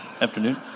Afternoon